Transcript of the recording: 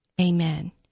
Amen